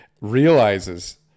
realizes